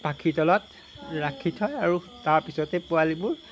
পাখীৰ তলত ৰাখি থয় আৰু তাৰপিছতেই পোৱালিবোৰ